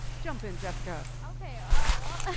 jump in, jessica. okay, oh, well.